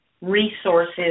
resources